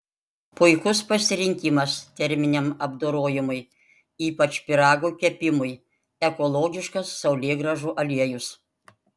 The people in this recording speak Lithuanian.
puikus pasirinkimas terminiam apdorojimui ypač pyragų kepimui ekologiškas saulėgrąžų aliejus